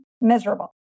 miserable